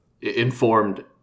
informed